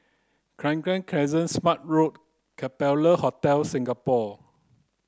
Crescent Smart Road Capella Hotel Singapore